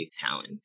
talent